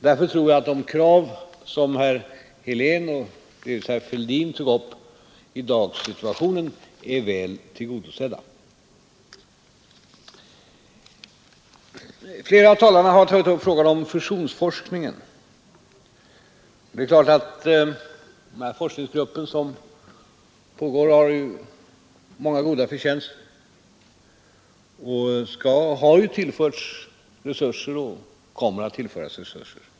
Därför tror jag att de krav, som herr Helén och delvis herr Fälldin tog upp, i dagens situation är väl tillgodosedda. Flera av talarna har tagit upp frågan om fusionsforskningen. Den forskningsgrupp som arbetar på detta område har naturligtvis många goda förtjänster. Den har också tillförts resurser och kommer att tillföras resurser.